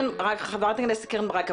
חברת הכנסת קרן ברק,